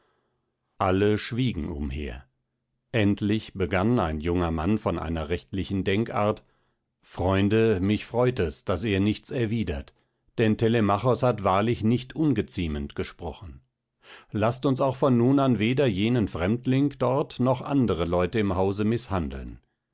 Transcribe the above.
alle schwiegen umher endlich begann ein junger mann von einer rechtlichen denkart freunde mich freut es daß ihr nichts erwidert denn telemachos hat wahrlich nicht ungeziemend gesprochen laßt uns auch von nun an weder jenen fremdling dort noch andere leute im hause mißhandeln